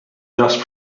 dust